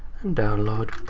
and download